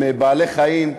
הם בעלי-חיים,